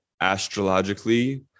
astrologically